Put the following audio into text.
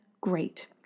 great